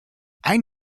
ein